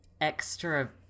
extra